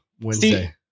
Wednesday